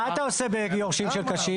מה אתה עושה ביורשים של קשיש?